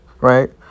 right